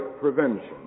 prevention